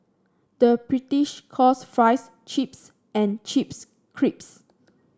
the British calls fries chips and chips crisps